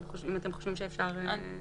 אם אתם חושבים שאפשר לקבל פתרון?